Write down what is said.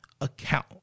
account